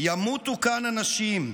ימותו כאן אנשים,